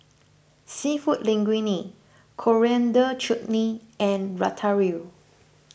Seafood Linguine Coriander Chutney and Ratatouille